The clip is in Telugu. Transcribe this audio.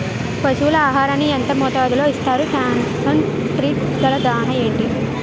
పశువుల ఆహారాన్ని యెంత మోతాదులో ఇస్తారు? కాన్సన్ ట్రీట్ గల దాణ ఏంటి?